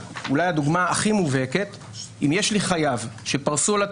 הדוגמה הכי מובהקת אם יש לי חייב שפרסו לו את